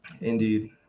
Indeed